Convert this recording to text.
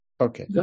Okay